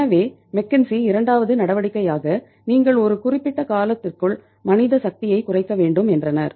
எனவே மெக்கின்சி இரண்டாவது நடவடிக்கையாக நீங்கள் ஒரு குறிப்பிட்ட காலத்திற்குள் மனித சக்தியைக் குறைக்க வேண்டும் என்றார்